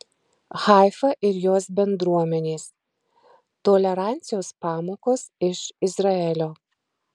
haifa ir jos bendruomenės tolerancijos pamokos iš izraelio